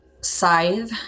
scythe